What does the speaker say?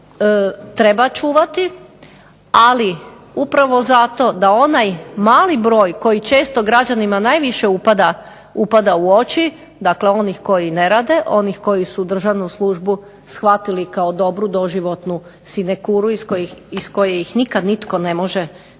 treba čuvati, ali upravo zato da onaj mali broj koji često građanima najviše upada u oči, dakle onih koji ne rade, onih koji su državnu službu shvatili kao dobru doživotnu sinekuru iz koje ih nikad nitko ne može potjerati i